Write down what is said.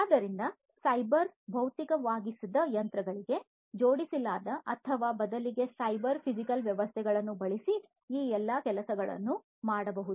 ಆದ್ದರಿಂದ ಸೈಬರ್ ಭೌತಿಕವಾಗಿಸಿದ ಯಂತ್ರಗಳಿಗೆ ಜೋಡಿಸಲಾದ ಅಥವಾ ಬದಲಿಗೆ ಸೈಬರ್ ಫಿಸಿಕಲ್ ವ್ಯವಸ್ಥೆಗಳನ್ನು ಬಳಸಿ ಈ ಎಲ್ಲ ಕೆಲಸಗಳನ್ನು ಮಾಡಬಹುದು